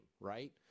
right